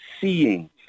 seeing